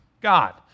God